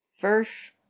verse